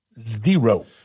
Zero